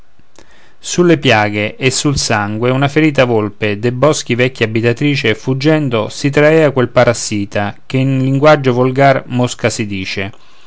sulle piaghe e sul sangue una ferita volpe dei boschi vecchia abitatrice fuggendo si traea quel parassita che in linguaggio volgar mosca si dice